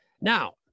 Now